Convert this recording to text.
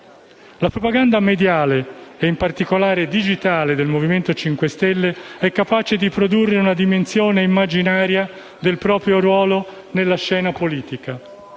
La propaganda mediale e in particolare digitale del Movimento 5 Stelle è capace di produrre una dimensione immaginaria del proprio ruolo nella scena politica.